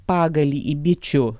pagalį į bičių